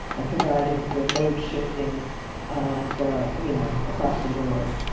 and providing for remote shifting from you know across the board.